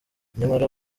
nyamara